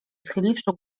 schyliwszy